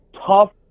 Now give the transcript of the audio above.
tough